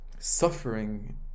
Suffering